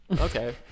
Okay